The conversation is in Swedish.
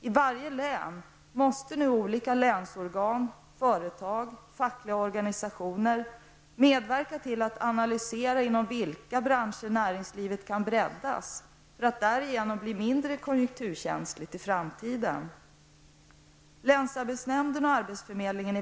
I varje län måste nu olika länsorgan, företag och fackliga organisationer medverka till att analysera inom vilka branscher näringslivet kan breddas för att därigenom bli mindre konjunkturkänsligt i framtiden.